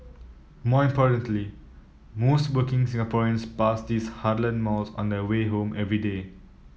more importantly most working Singaporeans pass these heartland malls on their way home every day